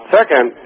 second